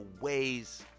ways